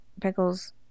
pickles